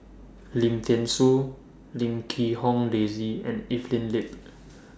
Lim Thean Soo Lim Quee Hong Daisy and Evelyn Lip